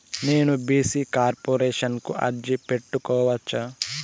నేను BC corporation కు అర్జీ పెట్టుకోవచ్చా?